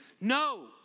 No